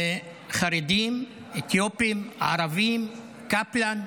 חרדים, אתיופים, ערבים, קפלן,